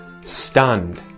Stunned